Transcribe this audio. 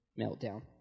meltdown